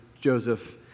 Joseph